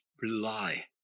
rely